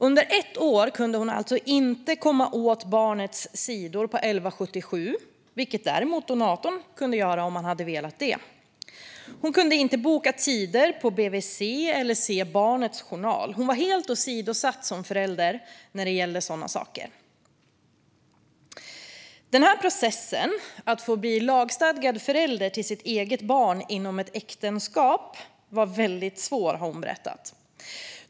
Under ett år kunde hon inte komma åt barnets sidor på 1177, vilket donatorn däremot hade kunnat göra om han hade velat det. Hon kunde inte boka tider på BVC eller se barnets journal. Hon var helt åsidosatt som förälder när det gällde sådana saker. Hon har berättat att processen för att bli lagstadgad förälder till sitt eget barn inom ett äktenskap var väldigt svår.